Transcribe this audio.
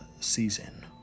season